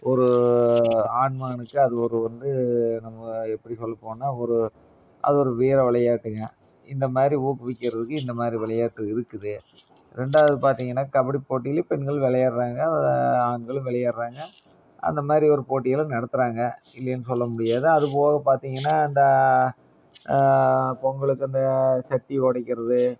ஒரு ஆண் மகனுக்கு அது ஒரு வந்து நம்ம எப்படி சொல்ல போனால் ஒரு அது ஒரு வீர விளையாட்டுங்க இந்த மாதிரி ஊக்குவிக்கிறதுக்கு இந்த மாதிரி விளையாட்டு இருக்குது ரெண்டாவது பார்த்தீங்கன்னா கபடி போட்டியில் பெண்கள் விளையாட்றாங்க ஆண்களும் விளையாடுறாங்க அந்த மாதிரி ஒரு போட்டிகளும் நடத்துகிறாங்க இல்லைனு சொல்ல முடியாது அது போக பார்த்தீங்கன்னா அந்த பொங்கலுக்கு அந்த சட்டி உடைக்கிறது